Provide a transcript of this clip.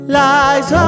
lies